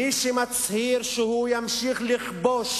מי שמצהיר שהוא ימשיך לכבוש,